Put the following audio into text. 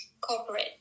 corporate